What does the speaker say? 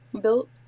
built